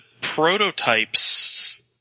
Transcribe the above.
prototypes